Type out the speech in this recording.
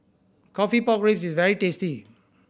coffee pork ribs is very tasty